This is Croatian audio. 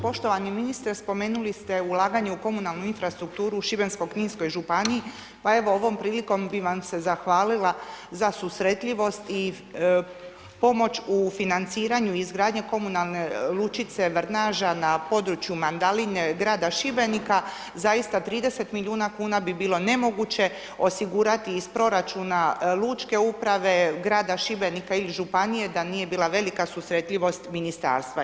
Poštovani ministre, spomenuli ste ulaganje u komunalnu infrastrukturu u Šibensko-kninskoj županiji, pa evo ovom prilikom bi vam se zahvalila za susretljivost, i pomoć u financiranju izgradnje komunalne lučice Vrnaža na području Mandaline, grada Šibenika, zaista 30 milijuna kuna bi bilo nemoguće osigurati iz proračuna Lučke uprave, grada Šibenika ili Županije, da nije bila velika susretljivost Ministarstva.